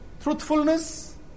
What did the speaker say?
truthfulness